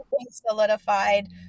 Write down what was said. solidified